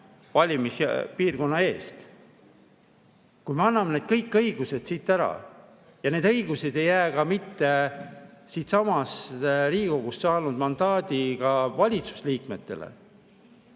valimispiirkonna eest. Kui me anname need õigused ära ja need õigused ei jää ka mitte siitsamast Riigikogust mandaadi saanud valitsusliikmetele,